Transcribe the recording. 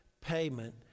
payment